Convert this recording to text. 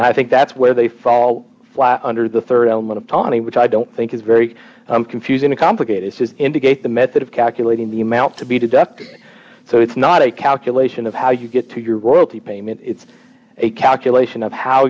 i think that's where they fall flat under the rd element of tawney which i don't think is very confusing to complicated indicate the method of calculating the amount to be deducted so it's not a calculation of how you get to your royalty payment it's a calculation of how